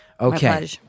Okay